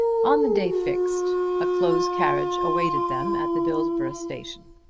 on the day fixed a close carriage awaited them at the dillsborough station.